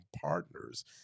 partners